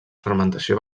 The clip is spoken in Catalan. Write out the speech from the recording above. fermentació